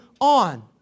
on